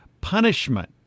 punishment